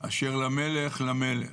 אשר למלך למלך.